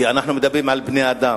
כי אנחנו מדברים על בני-אדם.